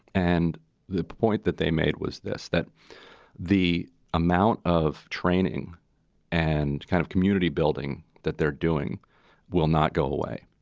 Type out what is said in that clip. and the point that they made was this, that the amount of training and kind of community building that they're doing will not go away.